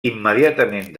immediatament